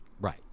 Right